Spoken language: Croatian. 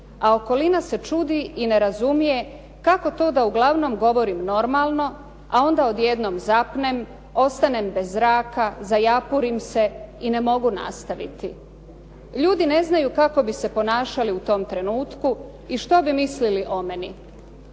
a okolina se čudi i ne razumije kako to da uglavnom govorim normalno a onda odjednom zapnem, ostanem bez zraka, zajapurim se i ne mogu nastaviti. Ljudi ne znaju kako bi se ponašali u tom trenutku i što bi mislili o meni.